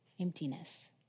emptiness